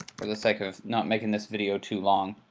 for the sake of not making this video too long.